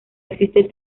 existen